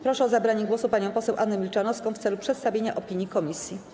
Proszę o zabranie głosu panią poseł Annę Milczanowską w celu przedstawienia opinii komisji.